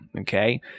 okay